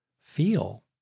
feel